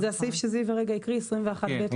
זה הסעיף שזיו הרגע הקריא, סעיף 21ב לחוק.